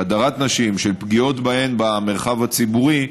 של פגיעות בהן במרחב הציבורי,